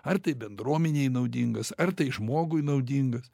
ar tai bendruomenei naudingas ar tai žmogui naudingas